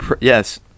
yes